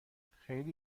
خیلی